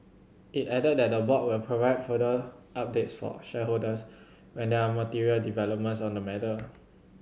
it added that the board will provide further updates for shareholders when there are material developments on the matter